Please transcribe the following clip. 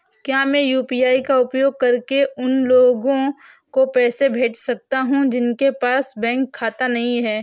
क्या मैं यू.पी.आई का उपयोग करके उन लोगों को पैसे भेज सकता हूँ जिनके पास बैंक खाता नहीं है?